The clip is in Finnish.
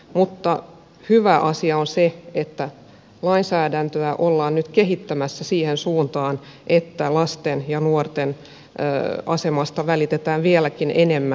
mutta hyvä asia on se että lainsäädäntöä ollaan nyt kehittämässä siihen suuntaan että lasten ja nuorten asemasta välitetään vieläkin enemmän